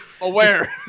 Aware